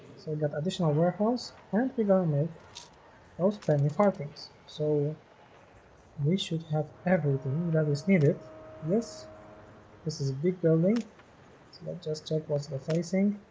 so the additional warehouse and the garnet oh splendid carvings so we should have everything that is needed yes this is a big building like just check what's the facing